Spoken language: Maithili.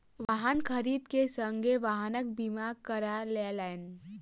वाहन खरीद के संगे वाहनक बीमा करा लेलैन